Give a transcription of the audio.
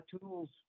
tools